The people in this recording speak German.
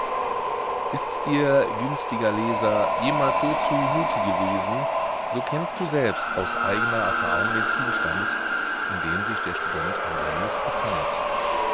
ist dir günstiger leser jemals so zu mute gewesen so kennst du selbst aus eigner erfahrung den zustand in dem sich der student anselmus befand